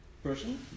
person